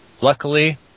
Luckily